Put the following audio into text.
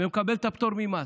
ומקבל את הפטור ממס.